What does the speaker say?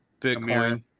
bitcoin